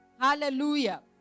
Hallelujah